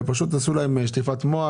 עשו להן שטיפת מוח.